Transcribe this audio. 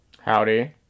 Howdy